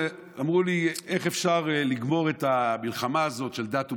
אמרו לי: איך אפשר לגמור את המלחמה הזאת של דת ומדינה?